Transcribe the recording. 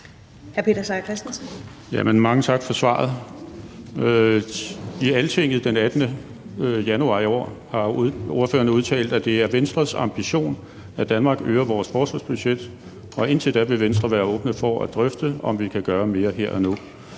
Mange tak for svaret. I Altinget.dk den 18. januar i år har ordføreren udtalt: Det er Venstres ambition, at Danmark øger vores forsvarsbudget, og indtil da vil Venstre være åbne for at drøfte, om vi kan gøre mere her og nu.